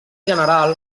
general